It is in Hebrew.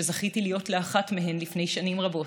שזכיתי להיות אחת מהם לפני שנים רבות,